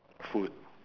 food